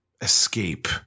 escape